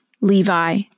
Levi